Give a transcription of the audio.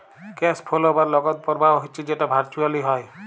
cash flow বা নগদ পরবাহ হচ্যে যেট ভারচুয়েলি হ্যয়